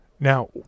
Now